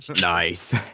Nice